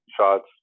shots